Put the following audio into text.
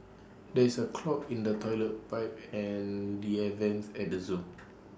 there is A clog in the Toilet Pipe and the air Vents at the Zoo